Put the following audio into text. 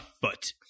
foot